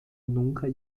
nunca